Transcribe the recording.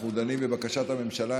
אנחנו דנים בבקשת הממשלה,